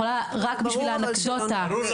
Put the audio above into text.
ברור לנו.